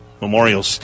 Memorial